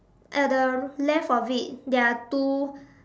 at the left of it there are two